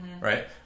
right